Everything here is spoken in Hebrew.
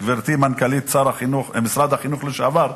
גברתי מנכ"לית משרד החינוך לשעבר,